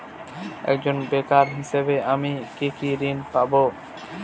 একজন বেকার হিসেবে আমি কি কি ঋণ পাব?